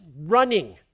running